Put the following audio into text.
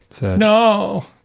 no